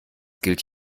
gilt